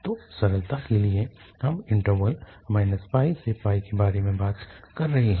तो सरलता के लिए हम इन्टरवल से के बारे में बात कर रहे हैं